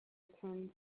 returns